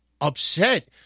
upset